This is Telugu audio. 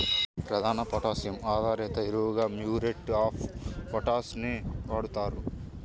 ప్రధాన పొటాషియం ఆధారిత ఎరువుగా మ్యూరేట్ ఆఫ్ పొటాష్ ని వాడుతారు